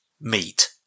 meat